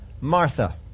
Martha